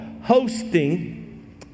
hosting